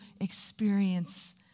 experience